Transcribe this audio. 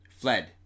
Fled